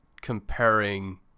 comparing